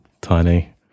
tiny